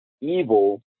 evil